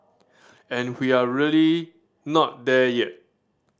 and we're not really there yet